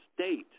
state